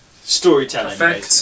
storytelling